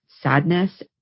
sadness